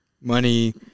money